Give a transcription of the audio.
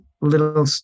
little